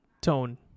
tone